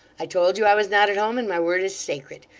i told you i was not at home, and my word is sacred.